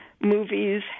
movies